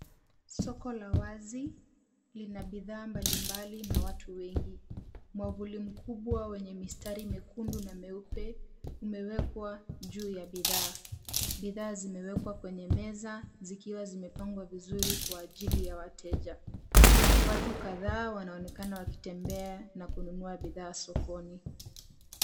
Soko la wazi lina bidhaa mbali mbali na watu wengi. Mwavuli mkubwa wenye mistari mekundu na meupe umewekwa juu ya bidhaa. Bidhaa zimewekwa kwenye meza zikiwa zimepangwa vizuri kwa ajili ya wateja. Watu kadhaa wanaonekana wakitembea na kununua bidhaa sokoni.